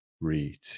Read